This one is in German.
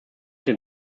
den